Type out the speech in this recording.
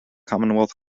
commonwealth